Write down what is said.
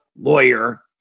lawyer